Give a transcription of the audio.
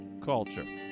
culture